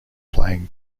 playing